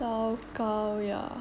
糟糕呀